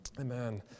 Amen